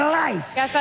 life